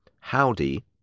Howdy